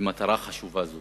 למטרה חשובה זו.